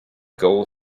goal